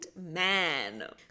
man